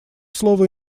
слово